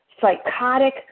psychotic